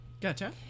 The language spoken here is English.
Gotcha